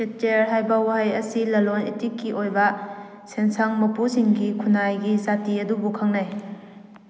ꯆꯦꯠꯇꯤꯌꯔ ꯍꯥꯏꯕ ꯋꯥꯍꯩ ꯑꯁꯤ ꯂꯂꯣꯟ ꯏꯇꯤꯛꯀꯤ ꯑꯣꯏꯕ ꯁꯦꯟꯁꯪ ꯃꯄꯨꯁꯤꯡꯒꯤ ꯈꯨꯟꯅꯥꯏꯒꯤ ꯖꯥꯇꯤ ꯑꯗꯨꯕꯨ ꯈꯪꯅꯩ